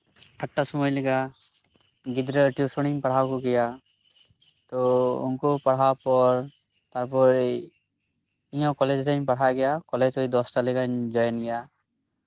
ᱟᱴᱴᱟ ᱥᱚᱢᱚᱭ ᱞᱮᱠᱟ ᱜᱤᱫᱽᱨᱟᱹ ᱴᱤᱭᱩᱥᱚᱱᱤᱧ ᱯᱟᱲᱦᱟᱣ ᱠᱚᱜᱮᱭᱟ ᱛᱚ ᱩᱱᱠᱩ ᱯᱟᱲᱦᱟᱣ ᱯᱚᱨ ᱛᱟᱨᱯᱚᱨ ᱤᱧ ᱦᱚᱸ ᱠᱚᱞᱮᱡᱽ ᱨᱤᱧ ᱯᱟᱲᱦᱟᱜ ᱜᱮᱭᱟ ᱠᱚᱞᱮᱡᱽ ᱳᱭ ᱫᱚᱥᱴᱟ ᱞᱮᱠᱟᱧ ᱡᱚᱭᱮᱱ ᱜᱮᱭᱟ